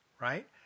right